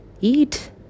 eat